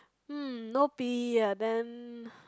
um no p_e ah then